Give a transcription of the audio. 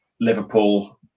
Liverpool